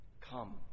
come